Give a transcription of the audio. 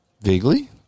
Vaguely